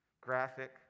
graphic